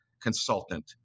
consultant